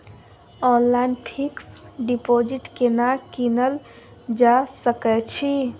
Online fix deposit केना कीनल जा सकै छी?